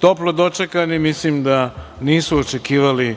toplo dočekani. Mislim da nisu očekivali